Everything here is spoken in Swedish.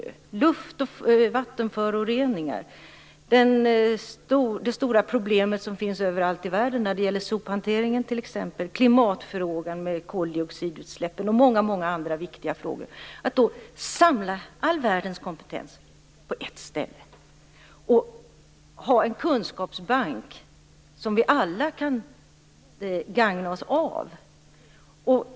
Det handlar om luft och vattenföroreningar, det stora problemet med sophanteringen, som finns överallt i världen, klimatfrågan, med koldioxidutsläppen, och många andra viktiga frågor. Man samlar då all världens kompetens på ett ställe och har en kunskapsbank som kan gagna oss alla.